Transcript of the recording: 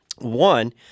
One